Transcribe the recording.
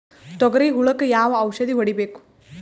ತೊಗರಿ ಹುಳಕ ಯಾವ ಔಷಧಿ ಹೋಡಿಬೇಕು?